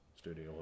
studio